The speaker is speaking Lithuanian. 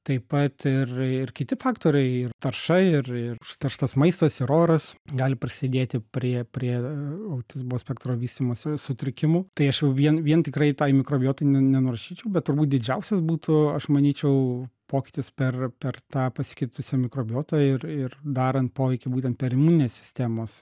taip pat ir ir kiti faktoriai ir tarša ir ir užterštas maistas ir oras gali prasidėti prie prie autizmo spektro vystymosi sutrikimų tai aš jau vien vien tikrai tai mikrobiotai ne nenurašyčiau bet turbūt didžiausias būtų aš manyčiau pokytis per per tą pasikeitusią mikrobiotą ir ir darant poveikį būtent per imuninės sistemos